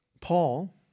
Paul